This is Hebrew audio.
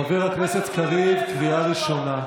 חבר הכנסת קריב, קריאה ראשונה.